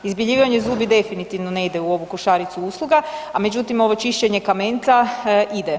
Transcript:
Izbjeljivanje zubi definitivno ne ide u ovu košaricu usluga međutim ovo čišćenje kamenca ide.